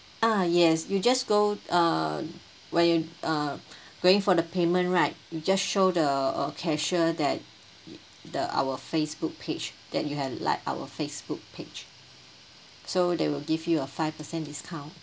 ah yes you just go uh where you uh going for the payment right you just show the uh cashier that the our Facebook page that you had liked our Facebook page so they will give you a five percent discount